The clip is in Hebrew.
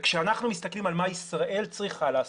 כשאנחנו מסתכלים על מה ישראל צריכה לעשות,